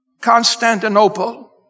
Constantinople